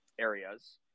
areas